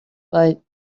but